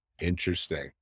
interesting